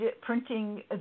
printing